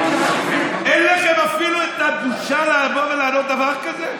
אין לכם אפילו את הבושה לעלות ולענות דבר כזה?